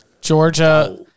Georgia